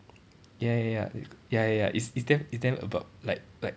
ya ya ya ya ya ya it's it's damn it's damn abrupt like like